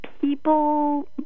people